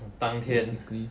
当天